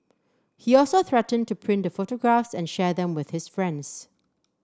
he also threatened to print the photographs and share them with his friends